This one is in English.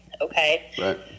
okay